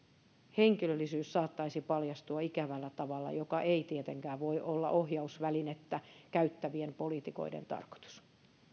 henkilöllisyys saattaisi paljastua ikävällä tavalla mikä ei tietenkään voi olla ohjausvälinettä käyttävien poliitikoiden tarkoitus